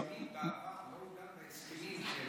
בעבר לא עוגן בהסכמים שהם